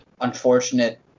unfortunate